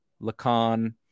Lacan